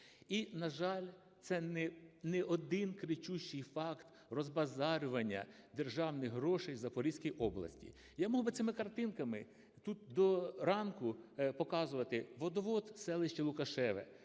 І, на жаль, це не один кричущий факт розбазарювання державних грошей в Запорізькій області. Я міг би цими картинками тут до ранку показувати. Водовод, селище Лукашеве,